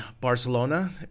Barcelona